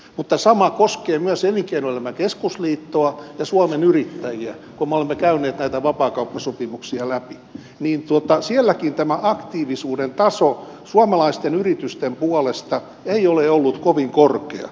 mutta sama koskee myös elinkeinoelämän keskusliittoa ja suomen yrittäjiä kun me olemme käyneet näitä vapaakauppasopimuksia läpi niin sielläkään tämä aktiivisuuden taso suomalaisten yritysten puolesta ei ole ollut kovin korkea